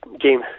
game